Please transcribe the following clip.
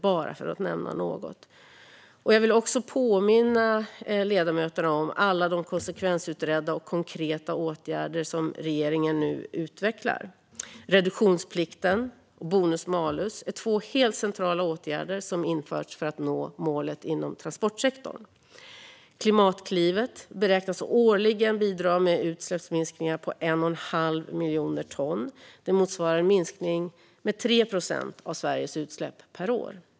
Jag vill också påminna ledamöterna om alla de konsekvensutredda och konkreta åtgärder som regeringen nu utvecklar. Reduktionsplikten och bonus-malus är två helt centrala åtgärder som har införts för att nå målen för transportsektorn. Klimatklivet beräknas årligen bidra med utsläppsminskningar på 1 1⁄2 miljon ton. Det motsvarar en minskning med 3 procent av Sveriges utsläpp per år.